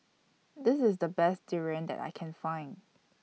This IS The Best Durian that I Can Find